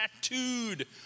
tattooed